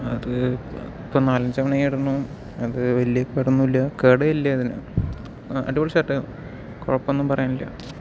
അത് ഇപ്പോൾ നാലഞ്ച് തവണയായി ഇടുന്നു അത് വല്യ കേടൊന്നുമില്ല കേടേ ഇല്ല അതിനു അടിപൊളി ഷർട്ടായിരുന്നു കുഴപ്പമൊന്നും പറയാനില്ല